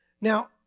Now